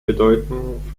bedeutung